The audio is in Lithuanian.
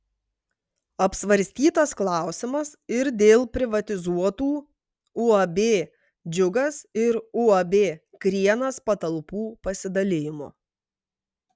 apsvarstytas klausimas ir dėl privatizuotų uab džiugas ir uab krienas patalpų pasidalijimo